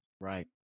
Right